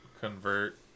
convert